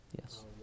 Yes